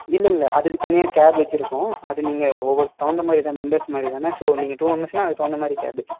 இல்லை இல்லை அதுக்கு தனியாக கேப் வச்சுருக்கோம் அது நீங்கள் ஒவ்வொரு தகுந்த மாதிரி தான் மெம்பெர்ஸ் மாதிரி தானே ஸோ நீங்கள் டூ மெம்பெர்ஸ்னால் அதுக்கு தகுந்த மாதிரி கேப்